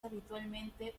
habitualmente